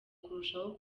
kurushaho